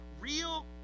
Real